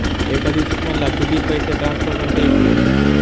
एका दिवसात मला किती पैसे ट्रान्सफर करता येतील?